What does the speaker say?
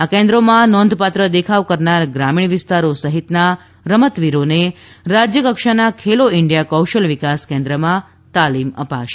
આ કેન્દ્રોમાં નોંધપાત્ર દેખાવ કરનાર ગ્રામીણ વિસ્તારો સહિતના રમતવીરોને રાજ્યકક્ષાના ખેલો ઇન્ડિયા કૌશલ્ય વિકાસ કેન્દ્રમાં તાલિમ અપાશે